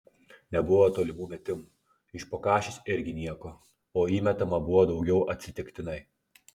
nebuvo tolimų metimų iš po kašės irgi nieko o įmetama buvo daugiau atsitiktinai